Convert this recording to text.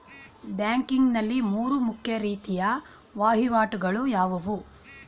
Banking ನಲ್ಲಿ ಮೂರು ಮುಖ್ಯ ರೀತಿಯ ವಹಿವಾಟುಗಳು ಯಾವುವು?